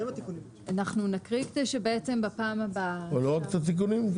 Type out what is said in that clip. אנחנו נקריא כדי שבעצם בפעם הבאה --- לא רק את התיקונים?